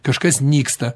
kažkas nyksta